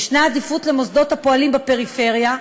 יש עדיפות למוסדות הפועלים בפריפריה,